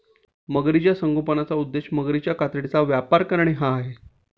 मगरीच्या संगोपनाचा उद्देश मगरीच्या कातडीचा व्यापार करणे हा आहे